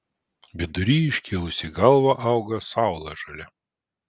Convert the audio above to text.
vidury iškėlusi galvą auga saulažolė